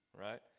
right